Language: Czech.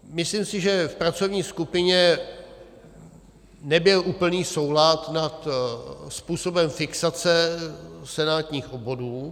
Myslím si, že v pracovní skupině nebyl úplný souhlas nad způsobem fixace senátních obvodů.